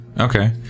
okay